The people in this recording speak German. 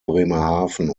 bremerhaven